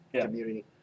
community